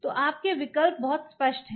तो आपके विकल्प बहुत स्पष्ट हैं